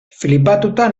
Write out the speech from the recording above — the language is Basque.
flipatuta